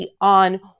on